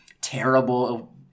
terrible –